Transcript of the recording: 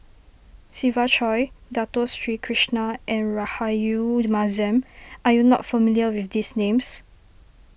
Siva Choy Dato Sri Krishna and Rahayu Mahzam are you not familiar with these names